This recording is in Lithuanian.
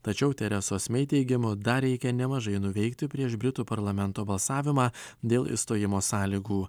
tačiau terezos mei teigimu dar reikia nemažai nuveikti prieš britų parlamento balsavimą dėl išstojimo sąlygų